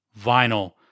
vinyl